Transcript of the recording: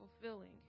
fulfilling